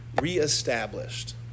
reestablished